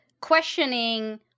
questioning